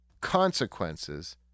consequences